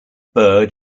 bird